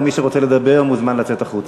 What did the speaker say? מי שרוצה לדבר מוזמן לצאת החוצה.